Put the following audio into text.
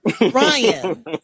Ryan